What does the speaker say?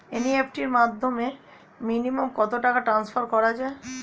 NEFT র মাধ্যমে minimum কত টাকা ট্রান্সফার করা যায়?